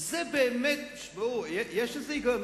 יש איזה היגיון,